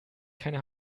keine